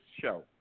show